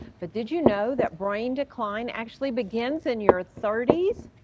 but did you know that brain decline actually begins in your thirty s?